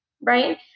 Right